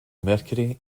mercury